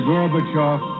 Gorbachev